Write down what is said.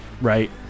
right